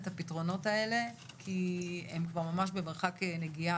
את הפתרונות האלה כי הם כבר ממש במרחק נגיעה,